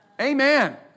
Amen